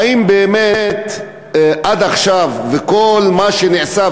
האם באמת עד עכשיו וכל מה שנעשה,